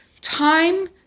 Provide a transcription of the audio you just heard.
time